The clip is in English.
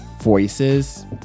voices